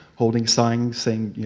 holding signs, saying,